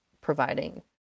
providing